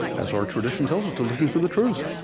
as our tradition tells us, to looking for the truth